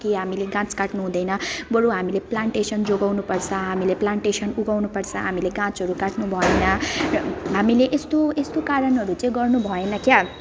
हामीले गाछ काट्नु हुँदैन बरू हामीले प्लान्टेसन जोगाउनुपर्छ हामीले प्लान्टेसन उगाउनुपर्छ हामीले गाछहरू काट्नु भएन हामीले यस्तो यस्तो कारणहरू चाहिँ गर्नुभएन क्या